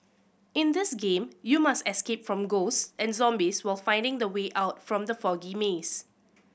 in this game you must escape from ghosts and zombies while finding the way out from the foggy maze